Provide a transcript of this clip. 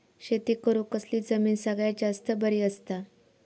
शेती करुक कसली जमीन सगळ्यात जास्त बरी असता?